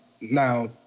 now